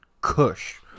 cush